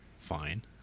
fine